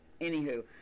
anywho